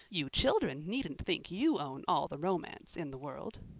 you children needn't think you own all the romance in the world.